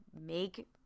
make